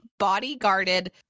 bodyguarded